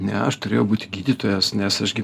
ne aš turėjau būti gydytojas nes aš gi